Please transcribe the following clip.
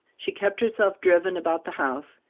she kept herself driven about the house,